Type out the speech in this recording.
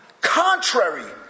contrary